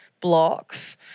blocks